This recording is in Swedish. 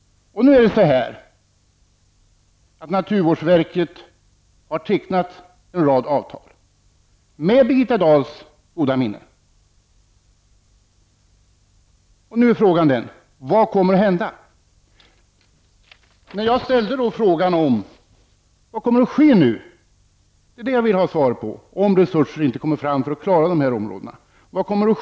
Naturvårdsverket har tecknat en rad avtal med Birgitta Dahls goda minne. Nu är frågan: Vad kommer att hända? Vad kommer att ske nu? Jag vill ha svar på detta. Vad kommer att ske om inte resurser kommer fram för att klara de här områdena?